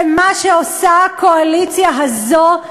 ומה שעושה הקואליציה הזאת,